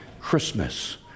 Christmas